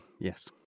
yes